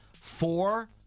four